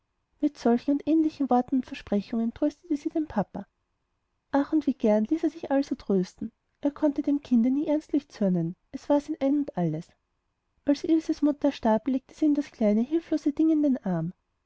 mit solchen und ähnlichen worten und versprechungen tröstete sie den papa ach und wie gern ließ er sich also trösten er konnte dem kinde nie ernstlich zürnen es war sein alles als ilses mutter starb legte sie ihm das kleine hilflose ding in den arm